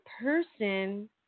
person